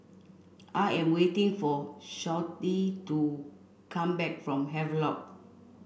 I am waiting for Shawnte to come back from Havelock